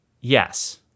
Yes